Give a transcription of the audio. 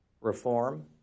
Reform